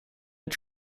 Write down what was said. mit